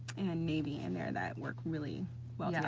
and navy in there that work really well. yeah